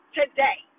today